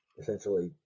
essentially